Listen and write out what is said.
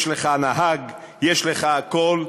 יש לך נהג, יש לך הכול.